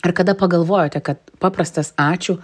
ar kada pagalvojote kad paprastas ačiū